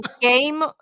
game